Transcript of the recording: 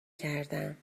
کردم